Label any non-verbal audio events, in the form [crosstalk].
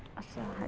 ಹಸ್ವ [unintelligible]